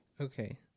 Okay